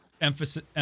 emphasis